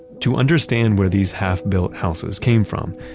to understand where these half-built houses came from,